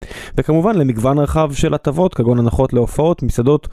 וכמובן למגוון הרחב של הטבות, כגון הנחות להופעות, מסעדות.